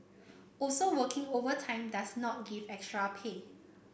also working overtime does not give extra pay